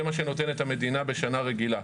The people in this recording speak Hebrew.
זה מה שנותנת המדינה בשנה רגילה,